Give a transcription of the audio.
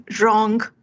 wrong